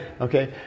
Okay